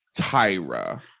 Tyra